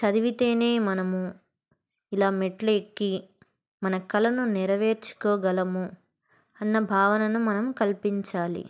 చదివితేనే మనము ఇలా మెట్లు ఎక్కి మన కలను నెరవేర్చుకోగలము అన్న భావనను మనం కల్పించాలి